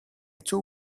too